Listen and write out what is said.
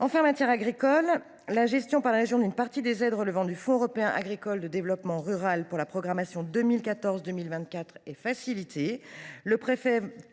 Enfin, en matière agricole, la gestion par les régions d’une partie des aides relevant du Fonds européen agricole pour le développement rural (Feader) pour la programmation 2014 2022 est facilitée.